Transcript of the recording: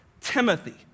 Timothy